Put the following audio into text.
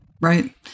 Right